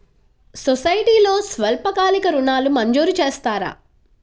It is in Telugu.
సొసైటీలో స్వల్పకాలిక ఋణాలు మంజూరు చేస్తారా?